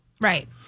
Right